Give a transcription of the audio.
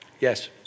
Yes